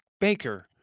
baker